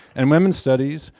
amendment studies,